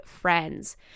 FRIENDS